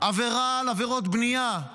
עבירה על עבירות בנייה,